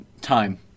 time